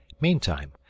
Meantime